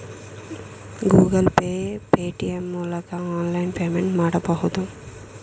Google Pay, Paytm ಮೂಲಕ online payment ಮಾಡಬಹುದು